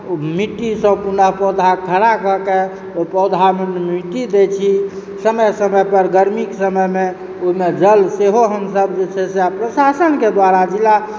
मिट्टीसँ पुनः पौधाक खड़ाकऽ कऽ ओहि पौधामऽ मिट्टी दैत छी समय समय पर गरमीके समयमे ओहिमे जल सेहो हमसभ जे छै से प्रशासनके द्वारा जिला